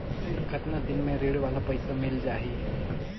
कतना दिन मे ऋण वाला पइसा मिल जाहि?